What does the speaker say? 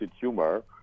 tumor